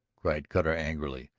cried cutter angrily,